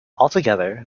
altogether